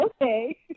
okay